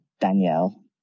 danielle